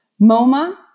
MoMA